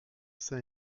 c’en